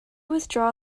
withdraw